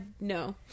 No